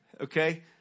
Okay